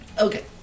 Okay